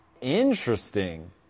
Interesting